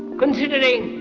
considering